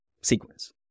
sequence